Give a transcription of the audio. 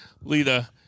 Lita